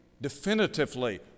definitively